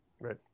Right